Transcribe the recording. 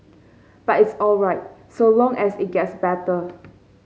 but it's all right so long as it gets better